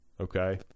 Okay